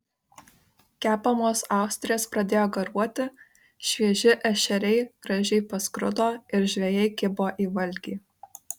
kepamos austrės pradėjo garuoti švieži ešeriai gražiai paskrudo ir žvejai kibo į valgį